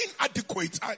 inadequate